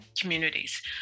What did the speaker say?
communities